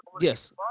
Yes